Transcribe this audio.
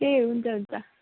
ए हुन्छ हुन्छ